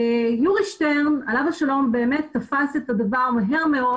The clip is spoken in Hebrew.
יורי שטרן עליו השלום באמת תפס את הדבר מהר מאוד